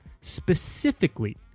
specifically